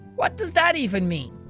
what does that even mean?